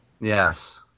Yes